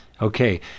Okay